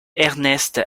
ernest